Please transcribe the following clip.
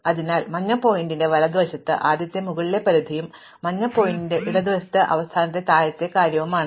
അതിനാൽ മഞ്ഞ പോയിന്ററിന്റെ വലതുവശത്തുള്ളത് ആദ്യത്തെ മുകളിലെ പരിധിയും മഞ്ഞ പോയിന്ററിന്റെ ഇടതുവശത്തുള്ളത് അവസാനത്തെ താഴ്ന്ന കാര്യവുമാണ്